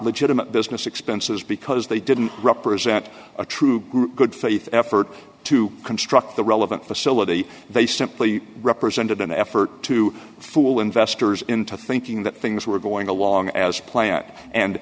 legitimate business expenses because they didn't represent a true good faith effort to construct the relevant facility they simply represented an effort to fool investors into thinking that things were going along as planned and